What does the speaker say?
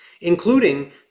including